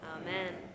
Amen